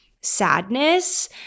sadness